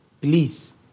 Please